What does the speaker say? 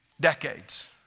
decades